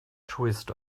twist